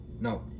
No